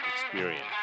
experience